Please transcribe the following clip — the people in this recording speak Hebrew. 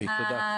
תודה.